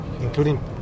including